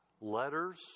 letters